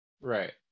right